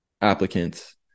applicants